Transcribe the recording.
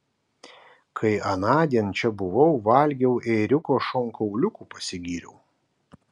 kai anądien čia buvau valgiau ėriuko šonkauliukų pasigyriau